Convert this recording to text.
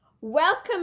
welcome